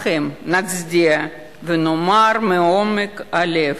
לכם נצדיע ונאמר מעומק הלב: